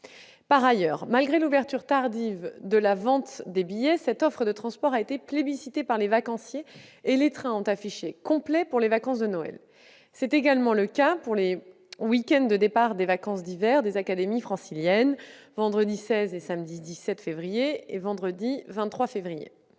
Par ailleurs, malgré l'ouverture tardive de la vente des billets, cette offre de transport a été plébiscitée par les vacanciers, et les trains ont affiché complet pour les vacances de Noël. C'est également le cas pour les week-ends de départ des vacances d'hiver des académies franciliennes, les vendredi 16 et samedi 17 février, et le vendredi 23 février.